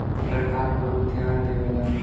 सरकार भी बहुत धियान देवलन